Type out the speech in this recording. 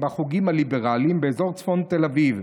בחוגים הליברליים באזור צפון תל אביב,